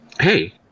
Hey